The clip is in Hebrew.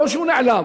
לא שהוא נעלם.